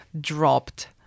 dropped